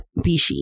Bishi